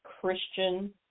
Christian